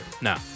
No